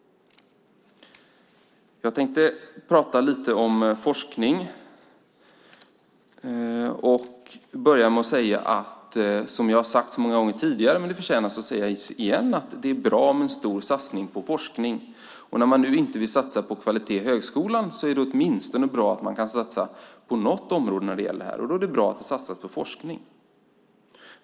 Jag tänkte prata lite om forskning. Jag har sagt det många gånger tidigare, men det förtjänar att sägas igen: Det är bra med en stor satsning på forskning. När man nu inte vill satsa på kvalitet i högskolan är det åtminstone bra att man kan satsa på något område när det gäller det här, och då är det bra att det satsas på forskning.